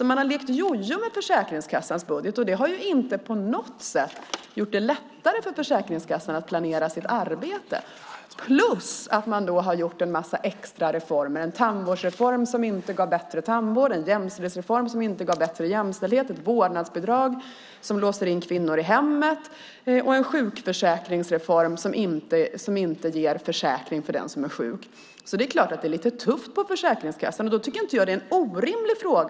Man har lekt jojo med Försäkringskassans budget, och det har inte på något sätt gjort det lättare för Försäkringskassan att planera sitt arbete. Dessutom har man genomfört en massa extra reformer: en tandvårdsreform som inte ger bättre tandvård, en jämställdhetsreform som inte ger bättre jämställdhet, ett vårdnadsbidrag som låser in kvinnor i hemmen och en sjukförsäkringsreform som inte ger ersättning till den som är sjuk. Så det är klart att det är lite tufft på Försäkringskassan.